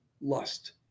lust